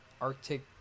Arctic